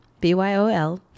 B-Y-O-L